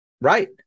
Right